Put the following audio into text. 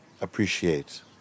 appreciate